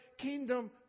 kingdom